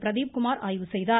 பிரதீப் குமார் ஆய்வு செய்தார்